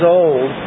old